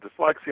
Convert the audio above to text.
dyslexia